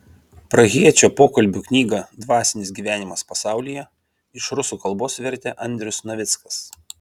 prahiečio pokalbių knygą dvasinis gyvenimas pasaulyje iš rusų kalbos vertė andrius navickas